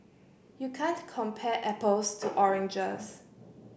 you can't compare apples to oranges